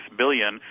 billion